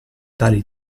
tali